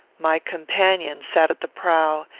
my companion sat at the prow,